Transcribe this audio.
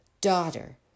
daughter